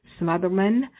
smotherman